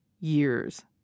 years